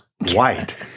white